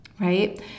right